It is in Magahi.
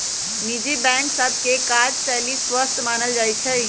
निजी बैंक सभ के काजशैली स्वस्थ मानल जाइ छइ